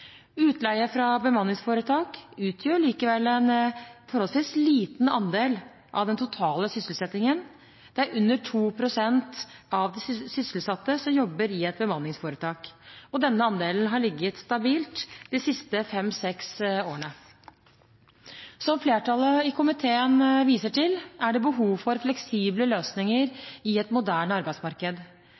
Utleie fra bemanningsforetak utgjør likevel en forholdsvis liten andel av den totale sysselsettingen. Det er under 2 pst. av de sysselsatte som jobber i et bemanningsforetak, og denne andelen har ligget stabilt de siste fem-seks årene. Som flertallet i komiteen viser til, er det behov for fleksible løsninger i et moderne arbeidsmarked.